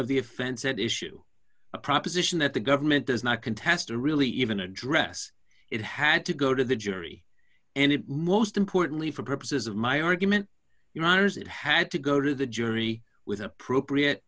of the offense at issue a proposition that the government does not contest or really even address it had to go to the jury and it most importantly for purposes of my argument your honors it had to go to the jury with appropriate